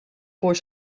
voor